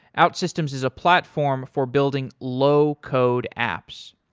outsystems is a platform for building low code apps.